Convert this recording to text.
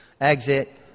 exit